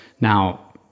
Now